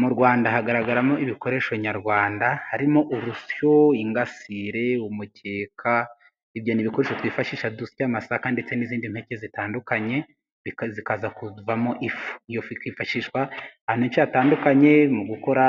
Mu Rwanda hagaragaramo ibikoresho nyarwanda harimo urusyo, ingasire umukeka ibyo ni ibikoresho twifashisha dusya amasaka ndetse n'izindi mpeke zitandukanye, zikaza kuvamo ifu iyo fu ikifashishwa ahantu henshi hatandukanye mu gukora